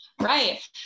Right